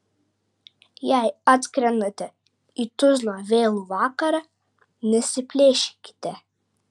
jei atskrendate į tuzlą vėlų vakarą nesiplėšykite